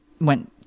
went